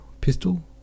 pistol